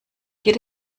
geht